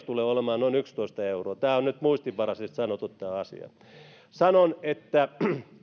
tulee olemaan noin yksitoista euroa tämä asia on nyt muistinvaraisesti sanottu sanon että